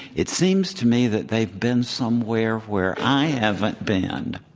it seems to me that they've been somewhere where i haven't been, and